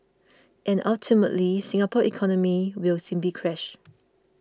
and ultimately Singapore's economy will simply crash